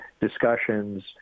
discussions